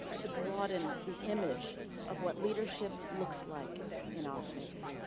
to broaden the image of what leadership looks like in our faith.